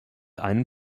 einen